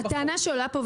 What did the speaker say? הטענה שעולה פה,